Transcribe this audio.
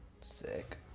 Sick